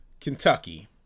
Kentucky